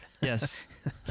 Yes